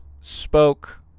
spoke